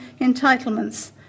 entitlements